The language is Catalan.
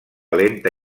lenta